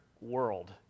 world